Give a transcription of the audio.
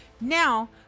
now